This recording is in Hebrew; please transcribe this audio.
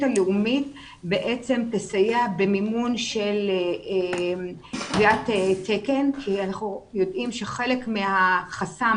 הלאומית בעצם תסייע במימון של קביעת תקן כי אנחנו יודעים שחלק מהחסם